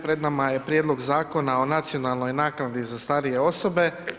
Pred nama je Prijedlog Zakona o nacionalnoj naknadi za starije osobe.